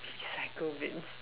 recycle bins